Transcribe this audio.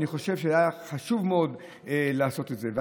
אני חושב שהיה חשוב מאוד לעשות את זה.